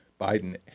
Biden